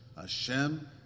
Hashem